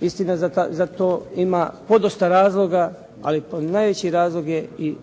Istina, za to ima podosta razloga ali najveći razlog je i